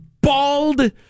bald